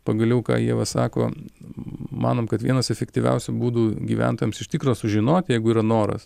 pagaliau ką ieva sako manom kad vienas efektyviausių būdų gyventojams iš tikro sužinoti jeigu yra noras